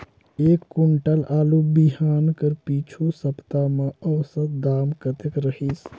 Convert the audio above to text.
एक कुंटल आलू बिहान कर पिछू सप्ता म औसत दाम कतेक रहिस?